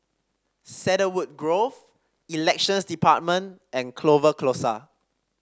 Cedarwood Grove Elections Department and Clover Close